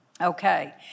Okay